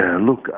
look